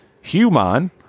human